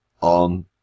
on